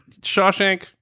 Shawshank